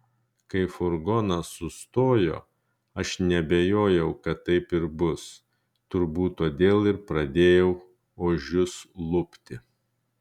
kai furgonas sustojo aš neabejojau kad taip ir bus turbūt todėl ir pradėjau ožius lupti